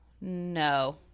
No